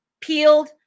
peeled